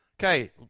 Okay